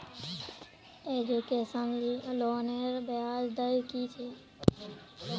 Education लोनेर ब्याज दर कि छे?